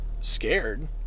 scared